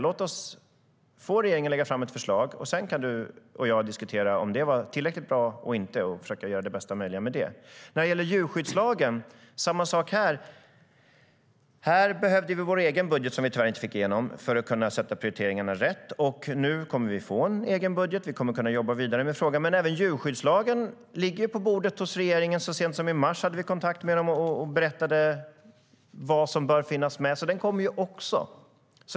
Låt oss få regeringen att lägga fram förslagen; sedan kan Jens Holm och jag diskutera om de är tillräckligt bra eller inte och försöka göra bästa möjliga av dem. Även djurskyddslagen ligger på bordet hos regeringen. Så sent som i mars hade vi kontakt med regeringen och berättade vad som bör finnas med. Den kommer.